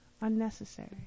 Unnecessary